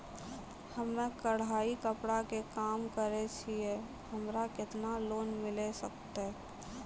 हम्मे कढ़ाई कपड़ा के काम करे छियै, हमरा केतना लोन मिले सकते?